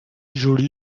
joli